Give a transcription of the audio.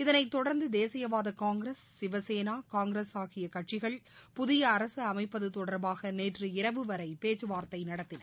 இதனைத்தொடர்ந்து தேசியவாத Congress Shiv Sena Congress ஆகிய கட்சிகள் புதிய அரசு அமைப்பது தொடர்பாக நேற்றிரவு வரை பேச்சுவார்த்தை நடத்தின